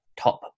top